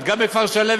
חבל.